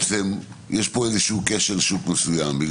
יש פה כשל שוק מסוים.